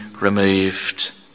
removed